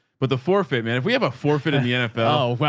but the forfeit man, if we have a forfeit in the nfl,